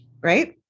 Right